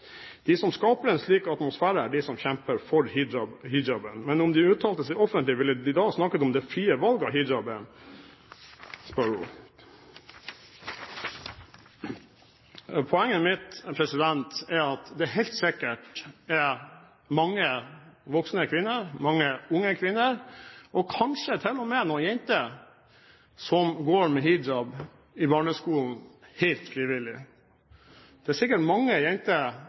De som skaper en slik atmosfære, er de som kjemper for hijaben. Men om de uttalte seg offentlig, ville de ha snakket om det frie valget av hijaben? spør hun. Poenget mitt er at det helt sikkert er mange voksne kvinner, mange unge kvinner og kanskje til og med noen jenter i barneskolen som går med hijab helt frivillig. Det er sikkert mange jenter som går med hijab frivillig. Om det er